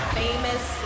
famous